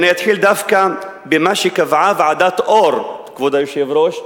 אתחיל דווקא במה שקבעה ועדת-אור, כבוד היושב-ראש,